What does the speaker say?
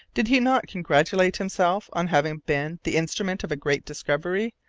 did he not congratulate himself on having been the instrument of a great discovery,